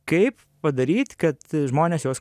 kaip padaryt kad žmonės jos